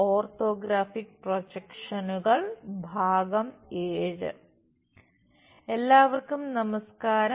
orthographic പ്രൊജക്ഷനുകൾ I എല്ലാവർക്കും നമസ്ക്കാരം